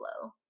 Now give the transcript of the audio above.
flow